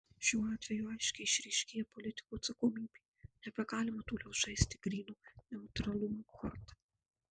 šiuo atveju aiškiai išryškėja politikų atsakomybė nebegalima toliau žaisti gryno neutralumo korta